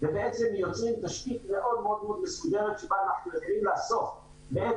ובעצם יוצרים תשתית מאוד מסודרת שבה אנחנו יודעים לאסוף בעת